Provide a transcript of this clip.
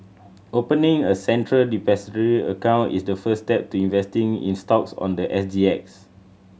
opening a Central Depository account is the first step to investing in stocks on the S G X